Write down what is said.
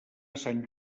sant